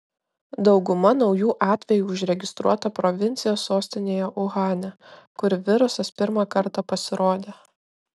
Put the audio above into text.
dauguma naujų atvejų užregistruota provincijos sostinėje uhane kur virusas pirmą kartą pasirodė